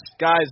Guys